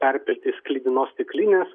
perpilti sklidinos stiklinės